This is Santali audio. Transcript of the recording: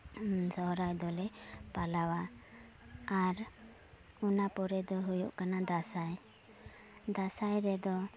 ᱥᱚᱦᱨᱟᱭ ᱫᱚᱞᱮ ᱯᱟᱞᱟᱣᱟ ᱟᱨ ᱚᱱᱟ ᱯᱚᱨᱮ ᱫᱚ ᱦᱩᱭᱩᱜ ᱠᱟᱱᱟ ᱫᱟᱥᱟᱭ ᱫᱟᱥᱟᱭ ᱨᱮᱫᱚ